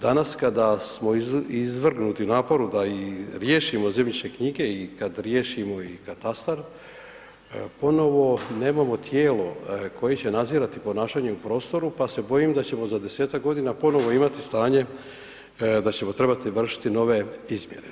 Danas kada smo izvrgnuti naporu da i riješimo zemljišne knjige i kad riješimo i katastar, ponovno nemamo tijelo koje će nadzirati ponašanje u prostoru pa se bojim da ćemo za 10-tak godina ponovno imati stanje, da ćemo trebati vršiti nove izmjere.